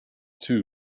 two